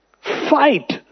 fight